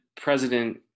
President